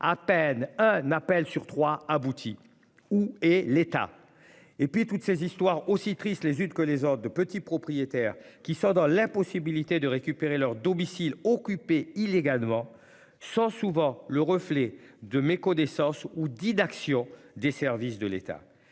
À peine un appel sur 3 aboutit. Où est l'État et puis toutes ces histoires aussi tristes les unes que les autres de petits propriétaires qui sont dans l'impossibilité de récupérer leurs domiciles occupés illégalement, sans souvent le reflet de méconnaissance ou d'action des services de l'État